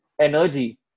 energy